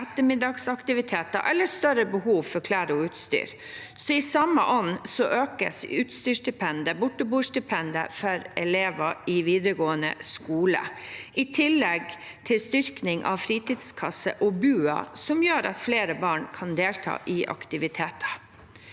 ettermiddagsaktiviteter eller større behov for klær og utstyr. I samme ånd økes utstyrsstipendet og borteboerstipendet for elever i videregående skole, i tillegg til styrking av fritidskasser og BUA, noe som gjør at flere barn kan delta på aktiviteter.